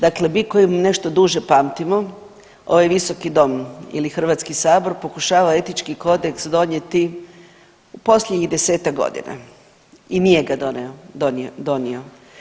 Dakle, mi koji nešto duže pamtimo ovi visoki dom ili Hrvatski sabor pokušava etički kodeks donijeti posljednjih desetak godina i nije ga doneo donio.